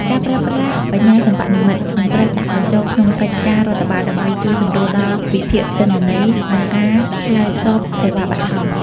ការប្រើប្រាស់បញ្ញាសិប្បនិម្មិត នឹងត្រូវបានដាក់បញ្ចូលក្នុងកិច្ចការរដ្ឋបាល ដើម្បីជួយសម្រួលដល់ការវិភាគទិន្នន័យ និងការឆ្លើយតបសេវាបឋម។